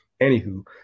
anywho